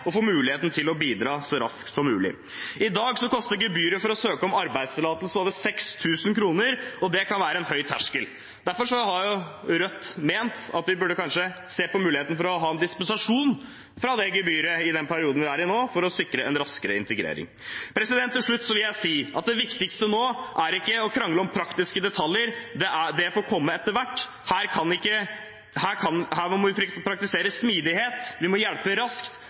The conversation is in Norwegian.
og får muligheten til å bidra så raskt som mulig. I dag koster gebyret for å søke om arbeidstillatelse over 6 000 kr, og det kan være en høy terskel. Derfor har Rødt ment at vi burde kanskje se på muligheten for å ha en dispensasjon fra dette gebyret i den perioden vi er i nå, for å sikre en raskere integrering. Til slutt vil jeg si at det viktigste nå er ikke å krangle om praktiske detaljer. Det får komme etter hvert. Her må vi praktisere smidighet. Vi må hjelpe raskt.